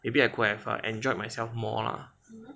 maybe I could have err enjoyed myself more lah